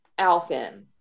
Alfin